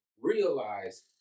realize